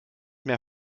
mehr